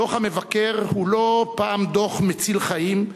דוח המבקר הוא לא פעם דוח מציל חיים,